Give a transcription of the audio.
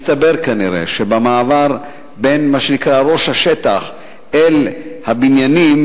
מסתבר כנראה שבמעבר בין מה שנקרא ראש השטח אל הבניינים